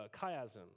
chiasm